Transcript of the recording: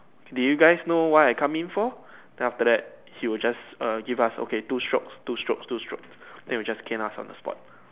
did you guys know why I come in for then after that he will just err give us okay two strokes two strokes two strokes then he will just cane us on the spot